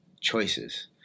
choices